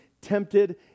tempted